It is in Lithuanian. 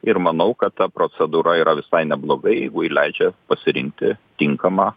ir manau kad ta procedūra yra visai neblogai jeigu ji leidžia pasirinkti tinkamą